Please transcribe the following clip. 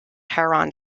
heron